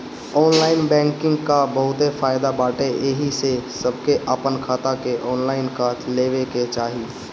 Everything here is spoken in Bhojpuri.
ऑनलाइन बैंकिंग कअ बहुते फायदा बाटे एही से सबके आपन खाता के ऑनलाइन कअ लेवे के चाही